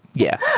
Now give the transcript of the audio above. yeah.